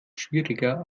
schwieriger